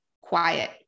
quiet